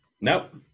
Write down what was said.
Nope